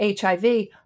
HIV